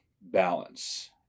balance